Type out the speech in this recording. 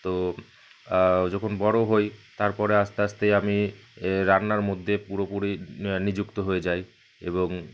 তো যখন বড়ো হই তারপরে আস্তে আস্তে আমি রান্নার মধ্যে পুরোপুরি নিযুক্ত হয়ে যাই এবং